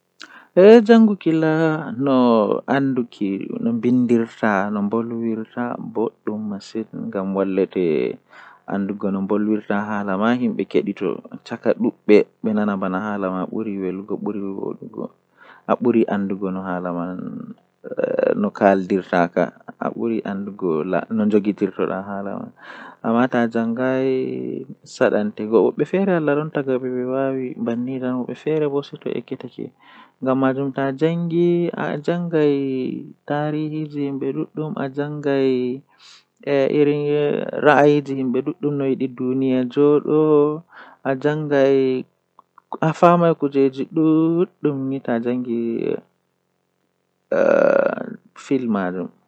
Haa sare mi woni woodi windooji guda tati haa palo man woodi gotel haa nder suudu to ahawri fuu majum nangan windooji gudaa joye.